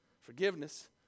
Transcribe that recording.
forgiveness